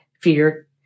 fear